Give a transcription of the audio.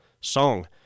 song